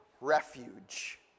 refuge